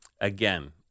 Again